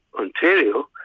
Ontario